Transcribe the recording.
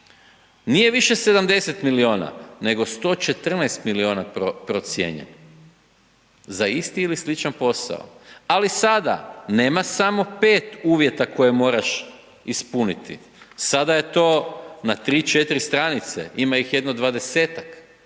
nije više 70 milijuna, nego 114 milijuna procijenjen, za isti ili sličan posao. Ali, sada nema samo 5 uvijete koje moraš ispuniti, sada je to na 3, 4 stranice, ima ih jedno 20-tak.